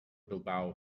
bilbao